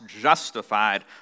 justified